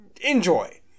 Enjoy